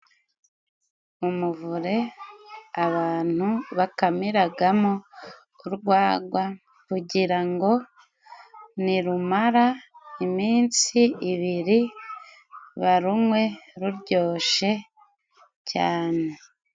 umuvure abantu bakamiragamo urwagwa kugira ngo nirumara iminsi ibiri barunywe ruryoshe cyane.